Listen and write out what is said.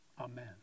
Amen